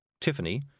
Tiffany